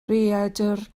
rhaeadr